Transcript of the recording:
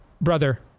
brother